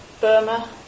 Burma